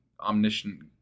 omniscient